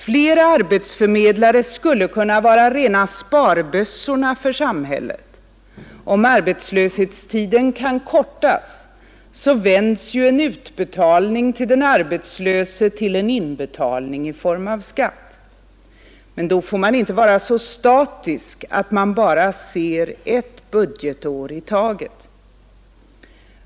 Flera arbetsförmedlare skulle kunna vara rena sparbössorna för samhället — om arbetslöshetstiden kan kortas vänds ju en utbetalning till den arbetslöse till en inbetalning i form av skatt. Men då får man inte vara så statisk att man bara ser till ett budgetår i taget.